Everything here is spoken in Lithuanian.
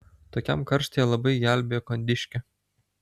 tokiam karštyje labai gelbėja kondiškė